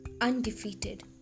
undefeated